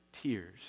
tears